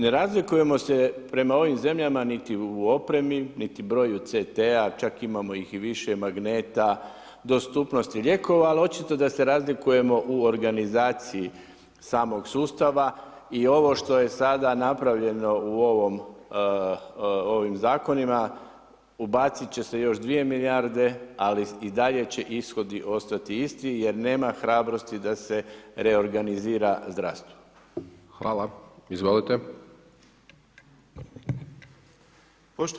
Ne razlikujemo se prema ovim zemljama niti prema opremi, niti broju CT-a, čak imamo ih i više, magneta, dostupnosti lijekova, ali očito da se razlikujemo u organizaciji samoga sustava i ovo što je sada napravljeno u ovom, ovim zakonima, ubaciti će se još dvije milijarde, ali i dalje će ishodi ostati isti jer nema hrabrosti da se reorganizira zdravstvo.